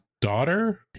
daughter